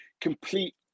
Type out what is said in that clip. complete